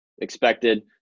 expected